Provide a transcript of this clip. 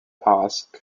asked